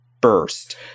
Burst